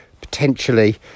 potentially